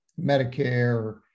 Medicare